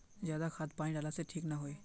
ज्यादा खाद पानी डाला से ठीक ना होए है?